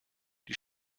die